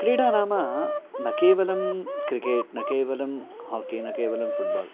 क्रीडा नाम न केवलं क्रिकेट् न केवलं हाकि न केवलं फुड्बाल्